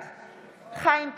בעד חיים כץ,